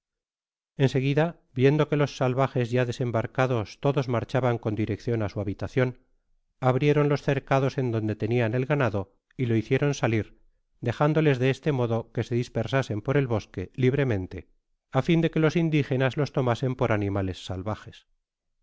seguida viendo que los salvajes ya desembarcados todos marchaban con direccion á su habitacion abrieron los cercados en donde tenian el ganado y lo hicieron salir dejándoles de este modo que se dispersasen por el bosque libremente á fin de que los indigenas los tomasen por animales salvajes